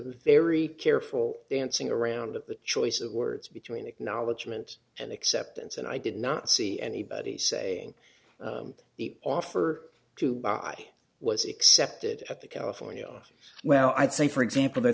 very careful dancing around at the choice of words between acknowledgement and acceptance and i did not see anybody saying the offer to buy i was accepted at the california well i think for example the